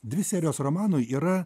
dvi serijos romanui yra